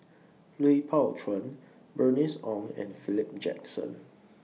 Lui Pao Chuen Bernice Ong and Philip Jackson